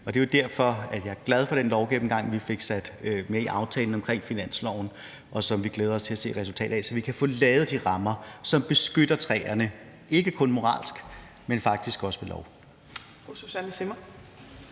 Det er derfor, jeg er glad for den lovgennemgang, vi fik med i aftalen om finansloven, og som vi glæder os til at se et resultat af, så vi kan få lavet de rammer, som beskytter træerne ikke kun moralsk, men faktisk også ved lov.